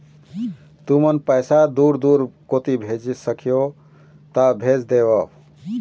तुमन पैसा दूसर दूसर कोती भेज सखीहो ता भेज देवव?